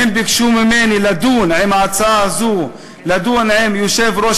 ביקשו ממני לדון בהצעה הזו עם יושב-ראש